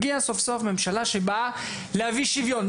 הגיעה סוף סוף ממשלה שבאה להביא שוויון.